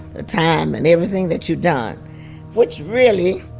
time, and everything that you've done which, really,